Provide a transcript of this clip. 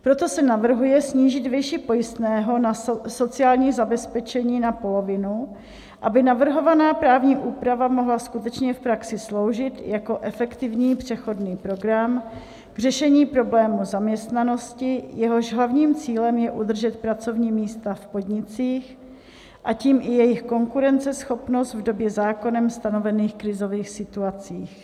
Proto se navrhuje snížit výši pojistného na sociální zabezpečení na polovinu, aby navrhovaná právní úprava mohla skutečně v praxi sloužit jako efektivní přechodný program k řešení problémů zaměstnanosti, jehož hlavním cílem je udržet pracovní místa v podnicích a tím i jejich konkurenceschopnost v době zákonem stanovených krizových situací.